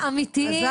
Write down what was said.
אתם הלוחמים האמיתיים.